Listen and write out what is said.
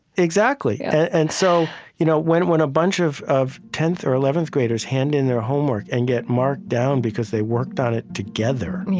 exactly. yeah and so you know when when a bunch of of tenth or eleventh graders hand in their homework and get it marked down because they worked on it together,